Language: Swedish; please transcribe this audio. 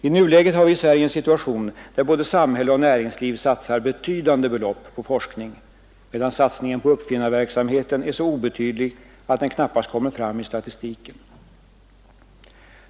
I nuläget har vi i Sverige en situation där både samhället och näringslivet satsar betydande belopp på forskning, medan satsningen på uppfinnarverksamheten är så obetydlig att den knappast kommer i statistiken.